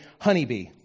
honeybee